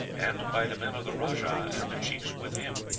and by the men of the rajah and the chiefs with him,